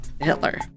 Hitler